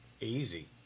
easy